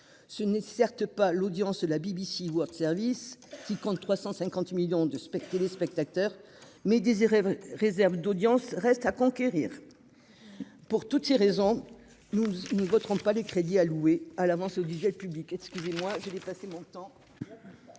ce n'est certes pas l'audience la BBC World Service, qui compte 350 millions de spec téléspectateurs mais réserve d'audience reste à conquérir pour toutes ces raisons, nous ne voterons pas les crédits alloués à l'avance, disait public. Puis, moi, j'ai dépassé mon temps.